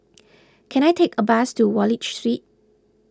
can I take a bus to Wallich Street